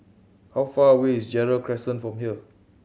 how far away is Gerald Crescent from here